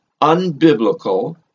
unbiblical